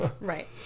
Right